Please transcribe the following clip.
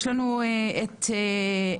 בסדר.